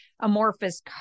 amorphous